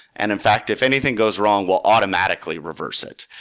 and in fact, if anything goes wrong, we'll automatically reverse it.